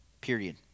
period